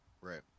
Right